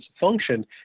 function